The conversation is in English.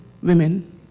women